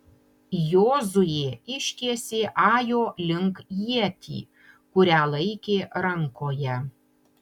jozuė ištiesė ajo link ietį kurią laikė rankoje